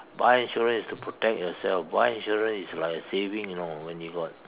buy insurance is to protect yourself buy insurance is like a saving you know when you got